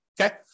Okay